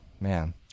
Man